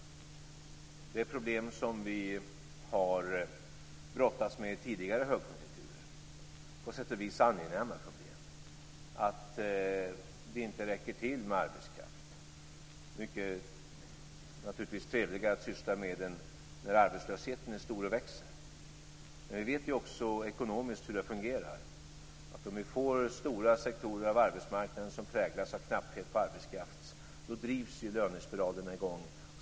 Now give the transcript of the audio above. Det är problem som vi har brottats med i tidigare högkonjunkturer. På sätt och vis är det angenäma problem att inte arbetskraften räcker till. Det är naturligtvis mycket trevligare än när arbetslösheten är stor och växer. Men vi vet ju också hur det här fungerar ekonomiskt. Om vi får stora sektorer av arbetsmarknaden som präglas av knapphet på arbetskraft drivs lönespiralerna i gång.